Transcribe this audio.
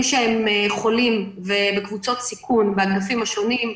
חולים והם בקבוצות סיכון באגפים השונים,